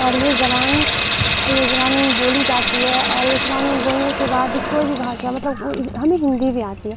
اور یہ زبان اور یہ زبان بولی جاتی ہے اور یہ زبان بولنے کے بعد کوئی بھی بھاسا مطلب ہمیں ہندی بھی آتی ہے